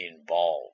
involved